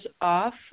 off